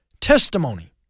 testimony